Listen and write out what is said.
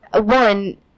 one